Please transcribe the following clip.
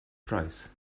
price